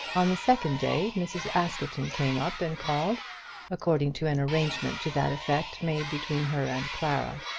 on the second day mrs. askerton came up and called according to an arrangement to that effect made between her and clara.